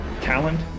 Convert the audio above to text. Talent